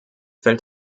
fällt